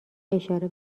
اشاره